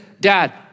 dad